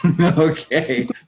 Okay